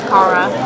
Kara